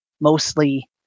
mostly